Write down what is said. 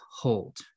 hold